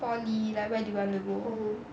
poly like where do you wanna go